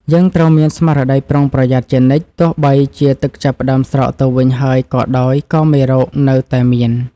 យើងត្រូវមានស្មារតីប្រុងប្រយ័ត្នជានិច្ចទោះបីជាទឹកចាប់ផ្តើមស្រកទៅវិញហើយក៏ដោយក៏មេរោគនៅតែមាន។